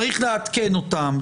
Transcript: צריך לעדכן אותם,